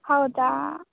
ಹೌದಾ